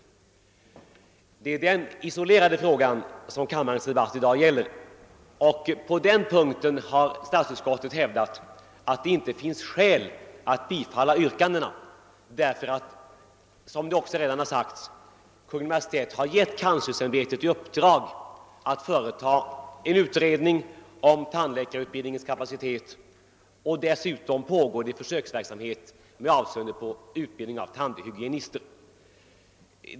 Det är denna fråga som kammardebatten i dag gäller. På den punkten har statsutskottet hävdat att det inte finns skäl att bifalla yrkandena, därför att som det redan har sagts Kungl. Maj:t har givit kanslersämbetet i uppdrag att företa en utredning om tandläkarutbildningens kapacitet. Dessutom pågår en försöksverksamhet med avseende på utbildningen av tandhygienister.